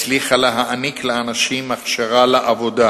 הצליחה להעניק לאנשים הכשרה לעבודה,